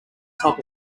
top